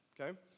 Okay